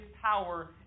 power